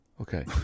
Okay